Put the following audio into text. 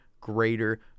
greater